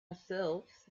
ourselves